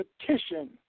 petition